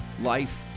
life